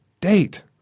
Date